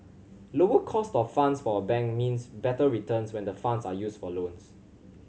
lower cost of funds for a bank means better returns when the funds are used for loans